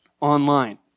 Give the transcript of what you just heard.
online